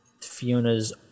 fiona's